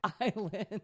Island